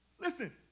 Listen